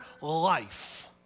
life